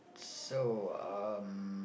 so um